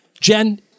jen